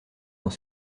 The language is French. dans